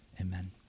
Amen